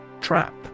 Trap